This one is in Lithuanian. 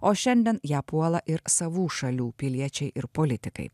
o šiandien ją puola ir savų šalių piliečiai ir politikai